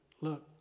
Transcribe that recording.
look